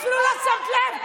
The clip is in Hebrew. אפילו לא שמת לב.